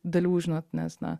dalių žinot nes na